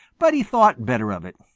but he thought better of it.